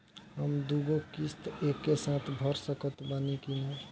हम दु गो किश्त एके साथ भर सकत बानी की ना?